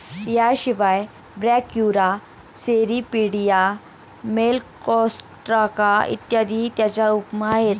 याशिवाय Brachyura, Cirripedia, Malacostraca इत्यादीही त्याच्या उपमा आहेत